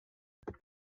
there